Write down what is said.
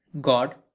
God